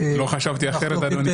לא חשבתי אחרת, אדוני.